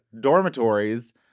dormitories